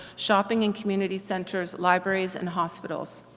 shopping and community centers, libraries and hospitals.